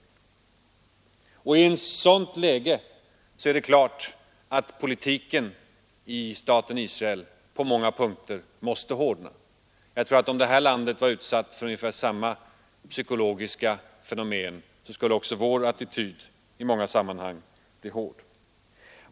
I ett sådant läge är det klart att politiken i staten Israel på många punkter måste hårdna. Jag tror att om vårt land vore utsatt för liknande psykologiska fenomen, skulle också vår attityd i många sammanhang bli hård.